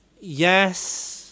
yes